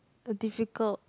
a difficult